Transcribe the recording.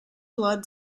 blood